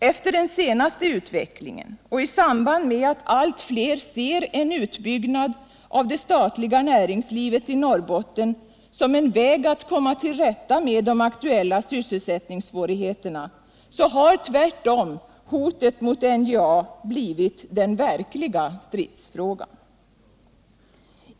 Efter den senaste utvecklingen och i samband med att allt fler ser en utbyggnad av det statliga näringslivet i Norrbotten som en väg att komma till rätta med de aktuella sysselsättningssvårigheterna har tvärtom hotet mot NJA blivit den verkliga stridsfrågan.